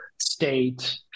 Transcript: state